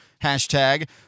Hashtag